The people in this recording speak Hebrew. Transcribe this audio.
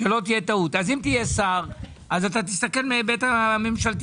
אם תהיה שר או סגן שר אז תסתכל מן ההיבט הממשלתי,